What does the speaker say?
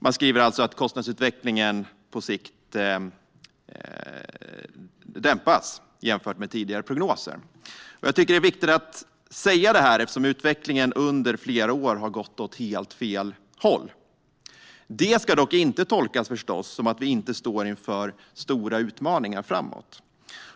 Man skriver att kostnadsutvecklingen på sikt dämpas jämfört med tidigare prognoser. Jag tycker att det är viktigt att säga detta, eftersom utvecklingen under flera år har gått åt helt fel håll. Det ska dock inte tolkas som att vi inte står inför stora utmaningar framåt.